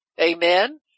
amen